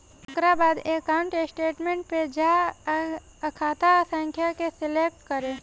ओकरा बाद account statement पे जा आ खाता संख्या के सलेक्ट करे